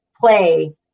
play